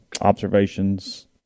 observations